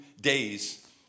days